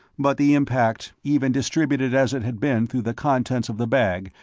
but the impact, even distributed as it had been through the contents of the bag,